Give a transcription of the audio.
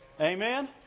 Amen